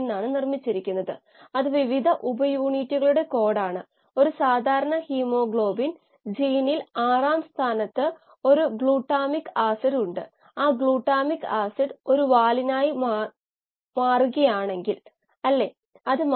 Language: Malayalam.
പിന്നെ ഇവ ഇലക്ട്രോലൈറ്റിൽ പ്രവർത്തിക്കുന്നു ഇലക്ട്രോകെമിക്കൽ സിസ്റ്റമാണിത്